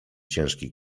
ciężki